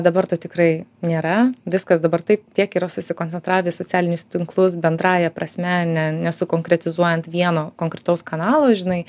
dabar to tikrai nėra viskas dabar taip tiek yra susikoncentravę į socialinius tinklus bendrąja prasme ne nesukonkretizuojant vieno konkretaus kanalo žinai